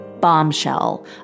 Bombshell